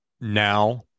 now